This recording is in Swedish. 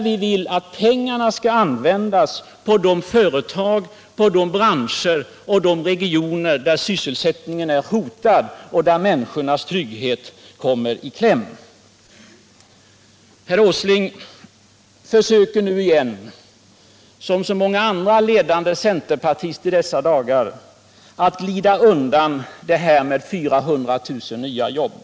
Vi vill att pengarna skall användas på de företag, de branscher och de regioner där sysselsättningen är hotad och där människornas trygghet kommer i kläm. Herr Åsling försöker nu igen, som så många andra ledande centerpartister i dessa dagar, glida undan det här med 400 000 nya jobb.